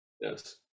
Yes